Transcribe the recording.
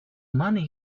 money